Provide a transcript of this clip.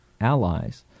allies